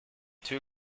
two